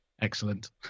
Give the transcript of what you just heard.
Excellent